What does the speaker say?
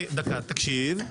תקשיב דקה,